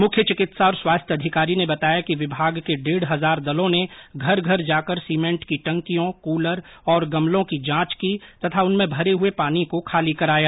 मुख्य चिकित्सा और स्वास्थ्य अधिकारी ने बताया कि विभाग के डेढ हजार दलों ने घर घर जाकर सीमेंट की टंकियों कूलर और गमलों की जांच की तथा उनमें भरे हुए पानी को खाली कराया